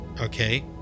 okay